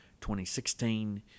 2016